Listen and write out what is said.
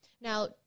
Now